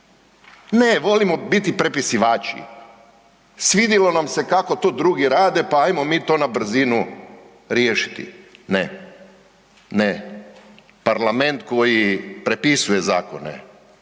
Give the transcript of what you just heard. Ne, volimo biti prepisivači. Svidilo nam se kako to drugi rade pa ajmo mi to na brzinu riješiti. Ne, ne, parlament koji prepisuje zakone,